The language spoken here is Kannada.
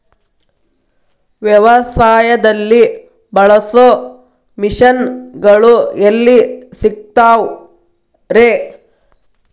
ವ್ಯವಸಾಯದಲ್ಲಿ ಬಳಸೋ ಮಿಷನ್ ಗಳು ಎಲ್ಲಿ ಸಿಗ್ತಾವ್ ರೇ?